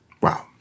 Wow